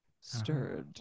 stirred